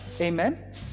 Amen